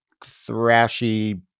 thrashy